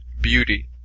beauty